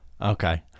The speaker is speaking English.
Okay